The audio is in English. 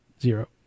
zero